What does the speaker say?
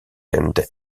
ends